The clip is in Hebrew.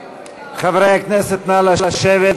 הכנסת, נא לשבת.